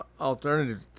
alternative